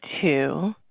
two